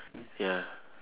ya